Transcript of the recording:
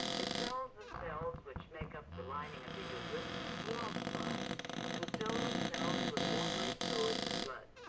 it tells the cells which make up the lining of the uterus to multiply and fill themselves with watery fluids and blood.